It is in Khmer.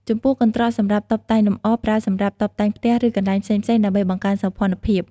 ចំពោះកន្ត្រកសម្រាប់តុបតែងលម្អប្រើសម្រាប់តុបតែងផ្ទះ ឬកន្លែងផ្សេងៗដើម្បីបង្កើនសោភ័ណភាព។